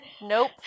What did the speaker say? nope